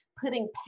putting